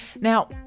now